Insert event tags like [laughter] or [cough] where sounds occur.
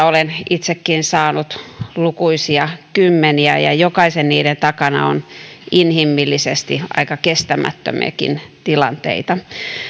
[unintelligible] olen itsekin saanut lukuisia kymmeniä ja jokaisen niiden takana on inhimillisesti aika kestämättömiäkin tilanteita